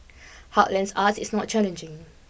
heartlands arts is not challenging